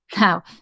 Now